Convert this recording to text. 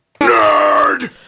Nerd